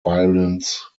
violence